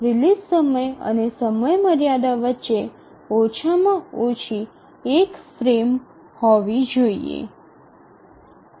release સમય અને સમયમર્યાદા વચ્ચે ઓછામાં ઓછું એક ફ્રેમ હોવું આવશ્યક છે